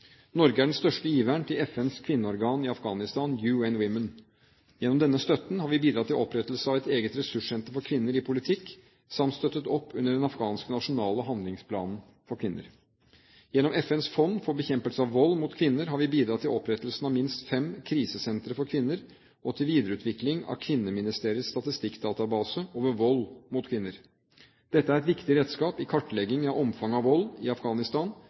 Norge er den største giveren til FNs kvinneorgan i Afghanistan, UN Women. Gjennom denne støtten har vi bidratt til opprettelse av et eget ressurssenter for kvinner i politikk samt støttet opp under den afghanske nasjonale handlingsplanen for kvinner. Gjennom FNs fond for bekjempelse av vold mot kvinner har vi bidratt til opprettelsen av minst fem krisesentre for kvinner og til videreutvikling av kvinneministeriets statistikkdatabase over vold mot kvinner. Dette er et viktig redskap i kartlegging av omfanget av vold i Afghanistan,